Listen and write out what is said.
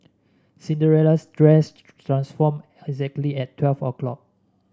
Cinderella's dress transformed exactly at twelve o'clock